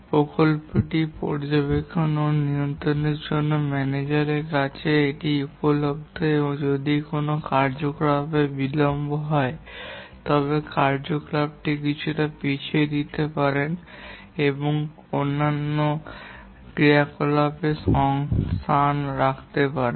প্রকল্পটি পর্যবেক্ষণ ও নিয়ন্ত্রণের জন্য ম্যানেজারের কাছে এই সময় উপলব্ধ যদি কোনও কার্যকলাপে বিলম্ব হয় তবে আপনি এই ক্রিয়াকলাপটি কিছুটা পিছিয়ে দিতে পারেন এবং অন্যান্য ক্রিয়াকলাপে সংস্থান রাখতে পারেন